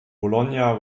bologna